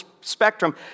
spectrum